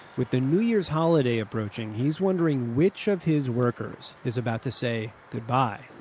with the new year's holiday approaching, he's wondering which of his workers is about to say good bye.